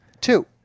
Two